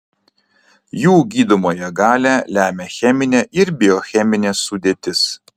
jų gydomąją galią lemia cheminė ir biocheminė sudėtis